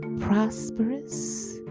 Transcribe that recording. prosperous